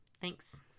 Thanks